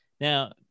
Now